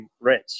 rich